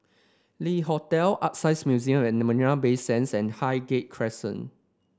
Le Hotel ArtScience Museum at Marina Bay Sands and Highgate Crescent